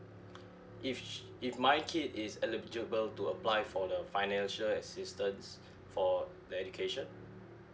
if she if my kid is eligible to apply for the financial assistance for their education